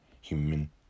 human